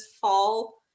fall